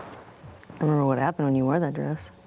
i remember what happened when you wore that dress.